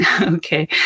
okay